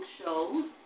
shows